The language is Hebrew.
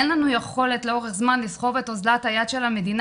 אין לנו יכולת לאורך זמן לסחוב את אזלת היד של המדינה